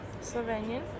Slovenian